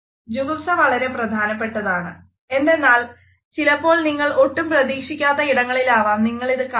ജുഗുപ്സ വളരെ പ്രധാനപ്പെട്ടതാണ് എന്തെന്നാൽ ചിലപ്പോ നിങ്ങൾ ഒട്ടും പ്രതീക്ഷിക്കാത്ത ഇടങ്ങളിലാവും നിങ്ങളിത് കാണുക